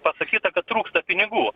pasakyta kad trūksta pinigų